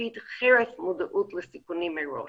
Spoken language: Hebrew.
תגובתית חרף מודעות לסיכונים מראש.